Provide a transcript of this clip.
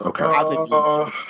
Okay